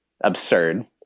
absurd